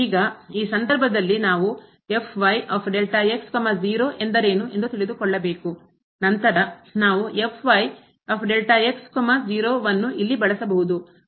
ಈಗ ಈ ಸಂದರ್ಭದಲ್ಲಿ ನಾವು ಎಂದರೇನು ಎಂದು ತಿಳಿದುಕೊಳ್ಳಬೇಕು ನಂತರ ನಾವು ವನ್ನು ಇಲ್ಲಿ ಬಳಸಬಹುದು